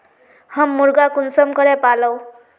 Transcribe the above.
हम मुर्गा कुंसम करे पालव?